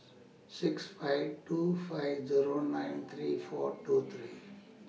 six five two five Zero nine three four two three